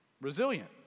Resilient